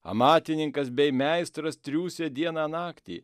amatininkas bei meistras triūsia dieną naktį